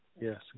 Yes